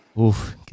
Oof